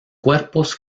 cuerpos